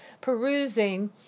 perusing